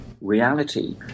reality